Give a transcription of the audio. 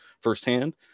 firsthand